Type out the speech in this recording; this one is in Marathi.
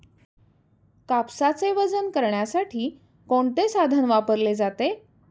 कापसाचे वजन करण्यासाठी कोणते साधन वापरले जाते?